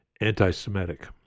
anti-Semitic